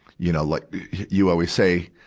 you know. like you always say,